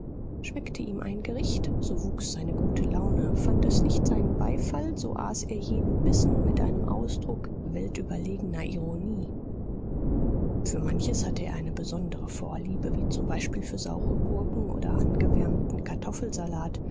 schmeckte ihm ein gericht so wuchs seine gute laune fand es nicht seinen beifall so aß er jeden bissen mit einem ausdruck weltüberlegener ironie für manches hatte er eine besondere vorliebe wie zum beispiel für saure gurken oder angewärmten